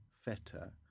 feta